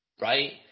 Right